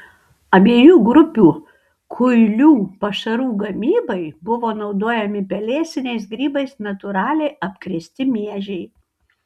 abiejų grupių kuilių pašarų gamybai buvo naudojami pelėsiniais grybais natūraliai apkrėsti miežiai